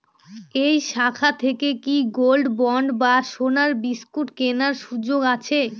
এই শাখা থেকে কি গোল্ডবন্ড বা সোনার বিসকুট কেনার সুযোগ আছে?